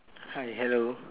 hi hello